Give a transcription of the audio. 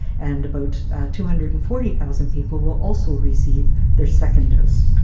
and about two hundred and forty thousand people will also receive their second dose.